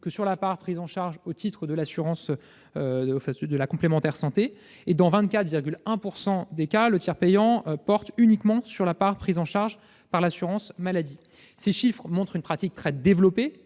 que sur la part prise en charge par les complémentaires santé ; pour 24,1 %, il porte uniquement sur la part prise en charge par l'assurance maladie. Ces chiffres montrent une pratique très développée